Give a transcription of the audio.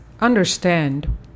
understand